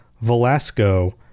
Velasco